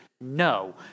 no